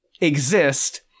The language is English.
exist